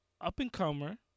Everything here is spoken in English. up-and-comer